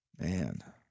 Man